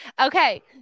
Okay